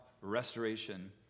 restoration